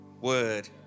word